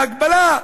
הגבלה.